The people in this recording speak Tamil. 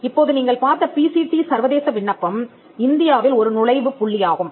இப்போது நீங்கள் பார்த்த பிசிடி சர்வதேச விண்ணப்பம் இந்தியாவில் ஒரு நுழைவுப் புள்ளியாகும்